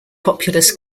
populous